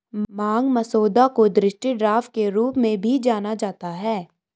मांग मसौदा को दृष्टि ड्राफ्ट के रूप में भी जाना जाता है